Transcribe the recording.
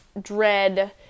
dread